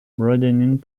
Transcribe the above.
broadening